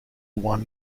won